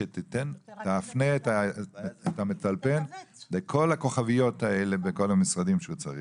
שתפנה את המטלפן לכל הכוכביות האלה בכל המשרדים שהוא צריך.